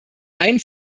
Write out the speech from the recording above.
ein